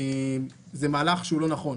זה מהלך שהוא לא נכון.